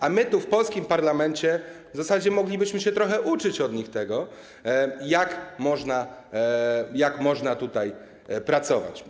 A my tu, w polskim parlamencie, w zasadzie moglibyśmy się trochę uczyć od nich tego, jak można tutaj pracować.